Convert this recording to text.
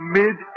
mid